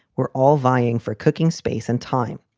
we're all vying for cooking space and time.